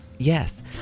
Yes